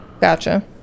Gotcha